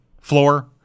floor